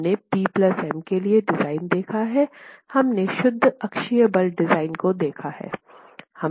हमने P M के लिए डिज़ाइन देखा है हमने शुद्ध अक्षीय बल डिज़ाइन को देखा हैं